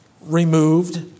removed